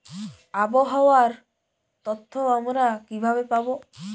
আবহাওয়ার তথ্য আমরা কিভাবে পাব?